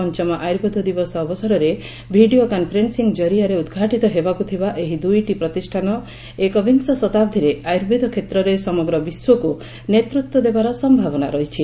ପଞ୍ଚମ ଆୟୁର୍ବେଦ ଦିବସ ଅବସରରେ ଭିଡ଼ିଓ କନ୍ଫରେନ୍ସିଂ ଜରିଆରେ ଉଦ୍ଘାଟିତ ହେବାକୁ ଥିବା ଏହି ଦୁଇଟି ପ୍ରତିଷାନ ଏକବିଂଶ ଶତାବ୍ଦୀରେ ଆୟୁର୍ବେଦ କ୍ଷେତ୍ରରେ ସମଗ୍ର ବିଶ୍ୱକୁ ନେତୃତ୍ୱ ଦେବାର ସମ୍ଭାବନା ରହିଛି